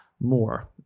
more